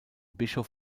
bischof